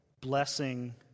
blessing